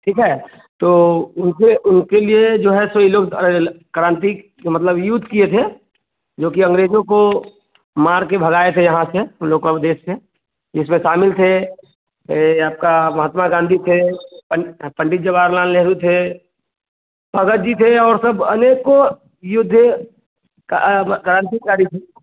ठीक है तो उनके उनके लिए जो है सो यह लोग क्रांति मतलब युद्ध किए थे जो कि अंग्रेज़ों को मारकर भगाए थे यहाँ से हम लोग के देश से इसमें शामिल थे आपके महात्मा गांधी थे पंडित पंडित जवाहर लाल नेहरू थे भगत जी थे और सब अनेकों युद्ध का क्रांतिकारी थे